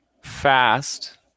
fast